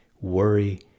worry